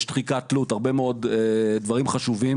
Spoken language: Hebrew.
יש את נושא דחיקת התלות והרבה דברים חשובים,